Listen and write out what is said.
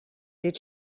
did